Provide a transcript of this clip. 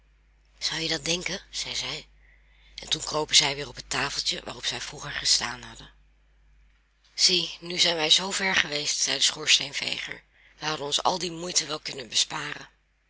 zou je dat denken zeide zij en toen kropen zij weer op het tafeltje waarop zij vroeger gestaan hadden zie nu zijn wij zoo ver geweest zei de schoorsteenveger wij hadden ons al die moeite wel kunnen besparen